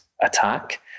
attack